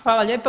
Hvala lijepo.